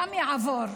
גם יעבור.